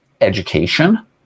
education